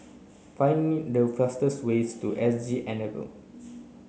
finding the ways to S G Enable